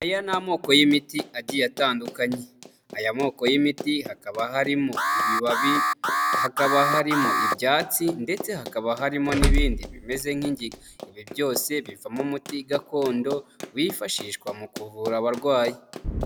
Aya ni amoko y'imiti agiye atandukanye aya moko y'imiti hakaba harimo ibibabi hakaba harimo ibyatsi ndetse hakaba harimo n'ibindi bimeze nk'ingiga, ibi byose bivamo umuti gakondo wifashishwa mu kuvura abarwayi.